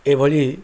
ଏଭଳି